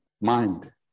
mind